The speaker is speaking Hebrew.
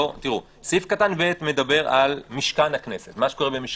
כתוב: חוק זה לא יחול על נשיא המדינה.